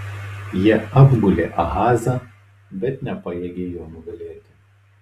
jie apgulė ahazą bet nepajėgė jo nugalėti